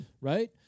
Right